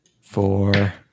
four